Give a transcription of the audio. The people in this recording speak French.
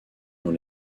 dans